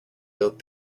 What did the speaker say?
built